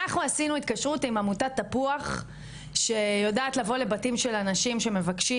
אנחנו עשינו התקשרות עם עמותת תפוח שיודעת לבוא לבתים של אנשים שמבקשים,